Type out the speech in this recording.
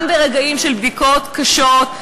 גם ברגעים של בדיקות קשות,